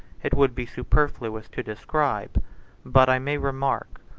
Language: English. it would be superfluous to describe but i may remark,